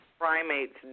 primates